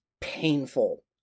painful